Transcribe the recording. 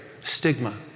stigma